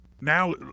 now